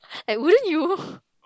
I wouldn't you